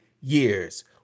years